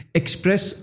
express